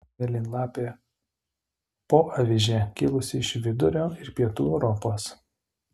mėlynlapė poavižė kilusi iš vidurio ir pietų europos